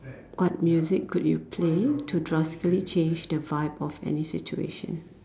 what music could you play to drastically change the vibe of any situation